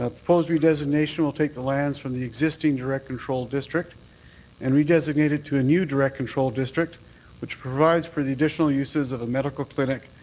ah proposed redesignation will take the lands from the existing direct control district and redesignate it to a new direct control district which provides for the additional uses of a medical clinic,